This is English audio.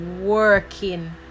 working